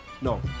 No